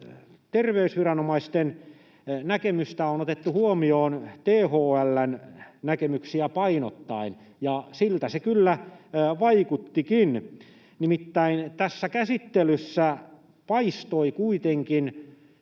terveysviranomaisten näkemystä on otettu huomioon THL:n näkemyksiä painottaen. Ja siltä se kyllä vaikuttikin. Nimittäin tästä käsittelystä paistoi kuitenkin